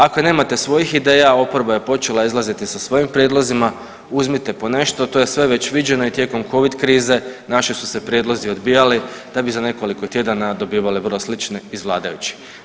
Ako nemate svojih ideja oporba je počela izlaziti sa svojim prijedlozima, uzmite po nešto to je sve već viđeno i tijekom covid krize naši su se prijedlozi odbijali da bi za nekoliko tjedana dobivali vrlo slične iz vladajućih.